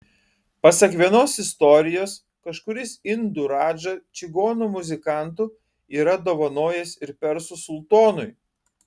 pasak vienos istorijos kažkuris indų radža čigonų muzikantų yra dovanojęs ir persų sultonui